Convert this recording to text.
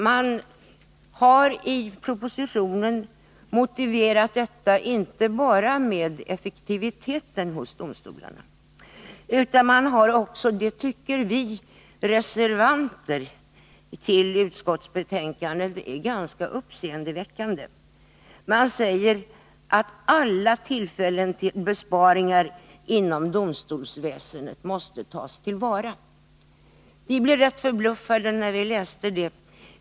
Man har i propositionen motiverat detta inte bara med effektiviteten hos domstolarna. Man säger också — och det tycker vi reservanter i utskottet är ganska uppseendeväckande — att alla tillfällen till besparingar inom domstolsväsendet måste tas till vara. Vi blev rätt förbluffade när vi läste det.